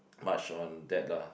much on that lah